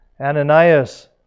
Ananias